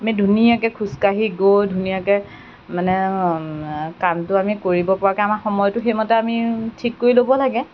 আমি ধুনীয়াকৈ খোজকাঢ়ি গৈ ধুনীয়াকৈ মানে কামটো আমি কৰিবপৰাকৈ আমাক সময়টো সেইমতে আমি ঠিক কৰি ল'ব লাগে